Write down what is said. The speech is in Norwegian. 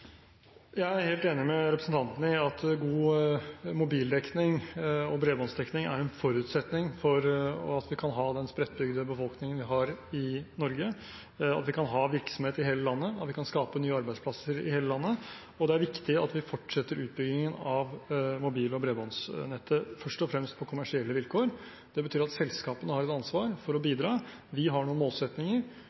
Jeg er helt enig med representanten i at god mobildekning og bredbåndsdekning er en forutsetning for at vi kan ha den spredtbygde befolkningen vi har i Norge, at vi kan ha virksomhet i hele landet, at vi kan skape nye arbeidsplasser i hele landet. Og det er viktig at vi fortsetter utbyggingen av mobil- og bredbåndsnettet, først og fremst på kommersielle vilkår. Det betyr at selskapene har et ansvar for å bidra. Vi har noen